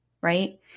right